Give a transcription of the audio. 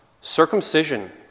circumcision